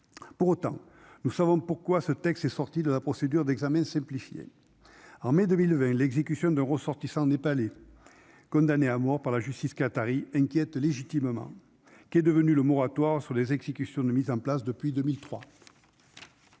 pour autant, nous savons pourquoi ce texte est sorti de la procédure d'examen simplifiée en mai 2020, l'exécution de ressortissants n'est pas les condamnés à mort par la justice qatarie inquiète légitimement qui est devenu le moratoire sur les exécutions de mise en place depuis 2003.